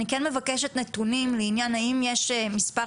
אני כן מבקשת נתונים לעניין האם יש מספר